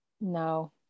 No